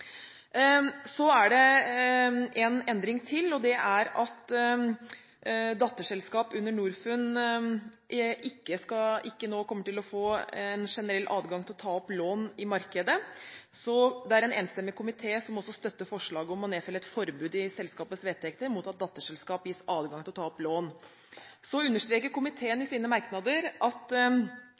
En endring til er at datterselskaper under Norfund ikke nå kommer til å få en generell adgang til å ta opp lån i markedet. En enstemmig komité støtter forslaget om å nedfelle et forbud i selskapets vedtekter mot at datterselskap gis adgang til å ta opp lån. Komiteen understreker i sine merknader at